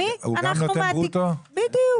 בדיוק.